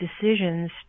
decisions